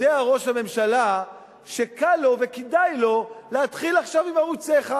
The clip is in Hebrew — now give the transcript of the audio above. ראש הממשלה יודע שקל לו וכדאי לו להתחיל עכשיו עם ערוץ-1.